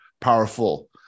powerful